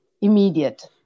immediate